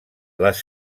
les